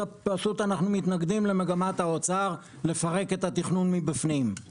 כי אנחנו מתנגדים למגמת האוצר לפרק את התכנון מבפנים,